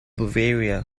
bavaria